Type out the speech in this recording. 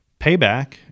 payback